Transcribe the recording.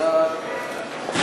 פטור בעת קניית